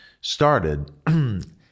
started